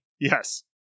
Yes